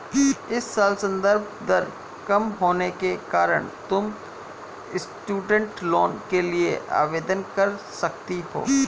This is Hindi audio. इस साल संदर्भ दर कम होने के कारण तुम स्टूडेंट लोन के लिए आवेदन कर सकती हो